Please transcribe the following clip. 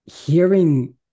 Hearing